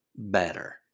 better